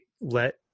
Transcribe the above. let